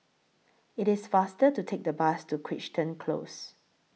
IT IS faster to Take The Bus to Crichton Close